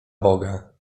boga